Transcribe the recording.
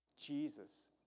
Jesus